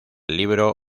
libro